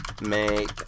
make